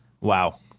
Wow